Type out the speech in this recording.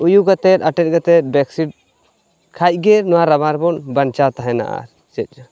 ᱩᱭᱩ ᱠᱟᱛᱮ ᱟᱛᱮᱫ ᱠᱟᱛᱮ ᱵᱮᱰᱥᱤᱴ ᱠᱷᱟᱡᱜᱮ ᱱᱚᱣᱟ ᱨᱟᱵᱟᱝᱨᱮ ᱵᱚᱱ ᱵᱟᱧᱪᱟᱣ ᱛᱮᱦᱮᱱᱟ